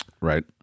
Right